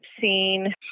seen